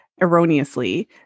erroneously